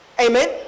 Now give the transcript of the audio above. amen